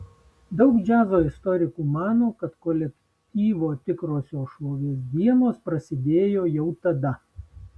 daug džiazo istorikų mano kad kolektyvo tikrosios šlovės dienos prasidėjo jau tada